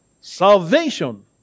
salvation